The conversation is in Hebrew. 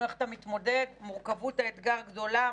איך אתה מתמודד מורכבות האתגר גדולה,